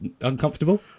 uncomfortable